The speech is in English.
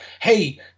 Hey